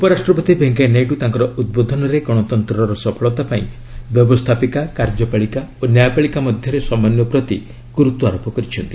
ଉପରାଷ୍ଟ୍ରପତି ଭେଙ୍କୟା ନାଇଡୁ ତାଙ୍କର ଉଦ୍ବୋଧନରେ ଗଣତନ୍ତ୍ରର ସଫଳତା ପାଇଁ ବ୍ୟବସ୍ଥାପିକା କାର୍ଯ୍ୟପାଳିକା ଓ ନ୍ୟାୟପାଳିକା ମଧ୍ୟରେ ସମନ୍ୱୟ ପ୍ରତି ଗୁରୁତ୍ୱାରୋପ କରିଛନ୍ତି